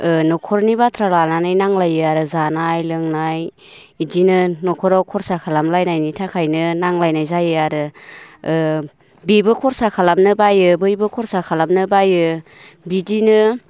न'खरनि बाथ्रा लानानै नांज्लायो आरो जानाय लोंनाय बिदिनो न'खराव खरसा खालाम लायनायनि थाखायनो नांज्लायनाय जायो आरो बेबो खरसा खालामनो बायो बैबो खरसा खालामनो बायो बिदिनो